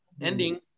ending